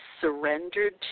surrendered